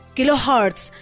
Kilohertz